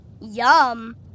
Yum